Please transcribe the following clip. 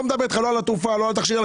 לא מדבר על התרופה או התכשיר.